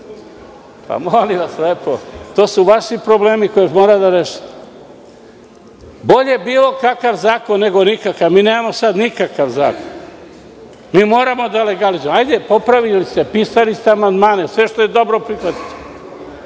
da radim? To su vaši problemi koje mora da rešite. Bolje bilo kakav zakon nego nikakav. Mi nemamo sada nikakav zakon. Mi moramo da legalizujemo. Hajde popravite, pisali ste amandmane. Sve što je dobro prihvatićemo.